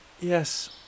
Yes